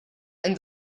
and